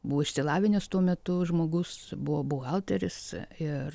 buvo išsilavinęs tuo metu žmogus buvo buhalteris ir